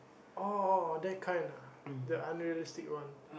oh that kind ah the unrealistic one